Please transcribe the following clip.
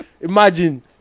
Imagine